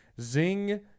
Zing